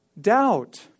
Doubt